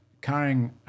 carrying